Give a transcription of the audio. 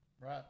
Right